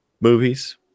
movies